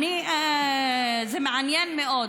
זה מעניין מאוד.